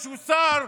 שהוא יצא כרגע.